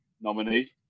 nominee